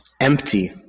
empty